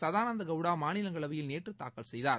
சதானந்த கவுடா மாநிலங்களவையில் நேற்று தாக்கல் செய்தார்